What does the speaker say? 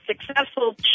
Successful